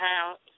house